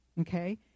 Okay